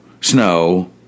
snow